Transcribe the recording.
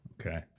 okay